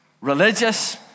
religious